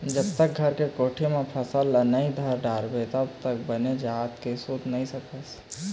जब तक घर के कोठी म फसल ल नइ धर डारबे तब तक बने जात के सूत नइ सकस